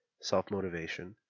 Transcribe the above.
self-motivation